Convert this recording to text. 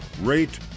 rate